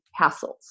hassles